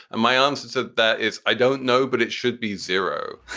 my answer to that is, i don't know. but it should be zero.